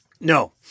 No